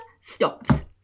stops